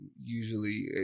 usually